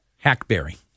Hackberry